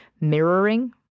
mirroring